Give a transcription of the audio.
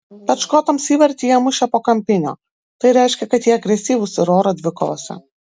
bet škotams įvartį jie mušė po kampinio tai reiškia kad jie agresyvūs ir oro dvikovose